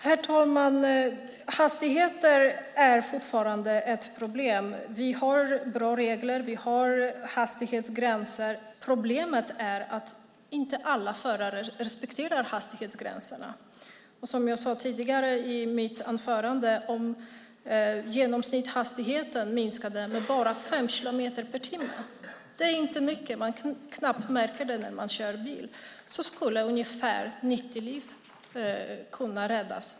Herr talman! Hastigheterna är fortfarande ett problem. Vi har bra regler och hastighetsgränser, men problemet är att inte alla förare respekterar hastighetsgränserna. Som jag sade i mitt anförande: Om genomsnittshastigheten minskade med bara 5 kilometer i timmen - det är inte mycket; man märker det knappt när man kör bil - skulle ungefär 90 liv per år kunna räddas.